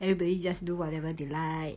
everybody just do whatever they like